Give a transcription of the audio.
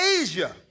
Asia